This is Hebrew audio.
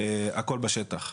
הכול בשטח.